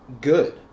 good